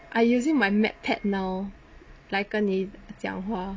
I using my mac tab now 来跟你讲话